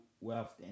wealth